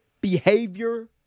behavior